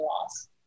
loss